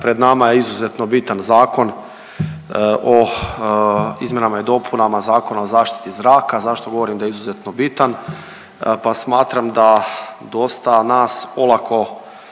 Nama je izuzetno bitan Zakon o izmjenama i dopunama Zakona o zaštiti zraka. Zašto govorim da je izuzetno bitan? Pa smatram da dosta nas olako